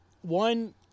one